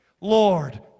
Lord